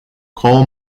coal